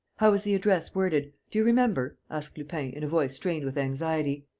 how was the address worded. do you remember? asked lupin, in a voice strained with anxiety.